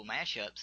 mashups